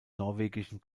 norwegischen